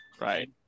Right